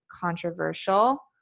controversial